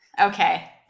Okay